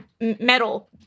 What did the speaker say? metal